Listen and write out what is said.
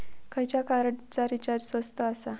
खयच्या कार्डचा रिचार्ज स्वस्त आसा?